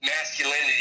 masculinity